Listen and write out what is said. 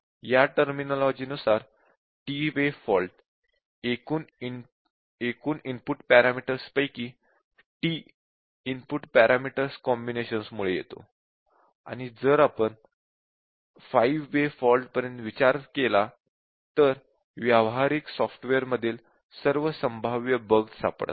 या टर्मिनॉलॉजि नुसार t way fault एकूण इनपुट पॅरामीटर्स पैकी टी इनपुट पॅरामीटर्स कॉम्बिनेशन्स मुळे येतो आणि जर आपण 5 वे फॉल्ट पर्यंत विचार केला तर व्यावहारिक सॉफ्टवेअर मधील सर्व संभाव्य बग्स सापडतात